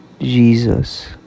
jesus